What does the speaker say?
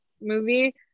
movie